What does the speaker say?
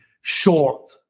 short